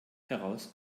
heraus